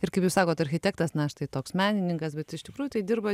ir kaip jūs sakot architektas na štai toks menininkas bet iš tikrųjų tai dirba